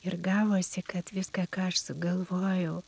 ir gavosi kad viską ką aš sugalvojau